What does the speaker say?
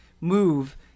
move